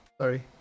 sorry